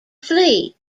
flee